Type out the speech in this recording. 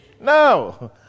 no